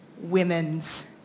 women's